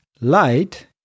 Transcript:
Light